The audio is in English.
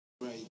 Right